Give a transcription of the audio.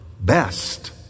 best